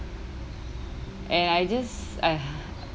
and I just ugh